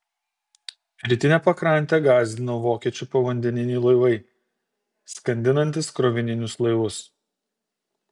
rytinę pakrantę gąsdino vokiečių povandeniniai laivai skandinantys krovininius laivus